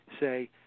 say